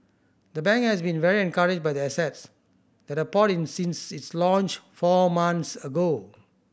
the bank has been very encouraged by the assets that have poured in since its launch four months ago